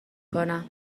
کنم